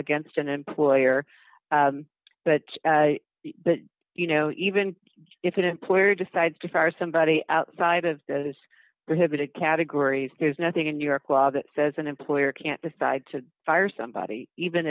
against an employer but you know even if an employer decides to fire somebody outside of their habit of categories there's nothing in new york law that says an employer can't decide to fire somebody even